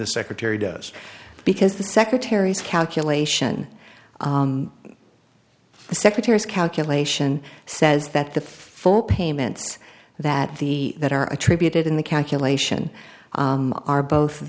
the secretary does because the secretary's calculation the secretary's calculation says that the full payments that the that are attributed in the calculation are both